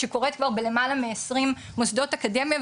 שקורית כבר בלמעלה מעשרים מוסדות אקדמיה,